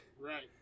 Right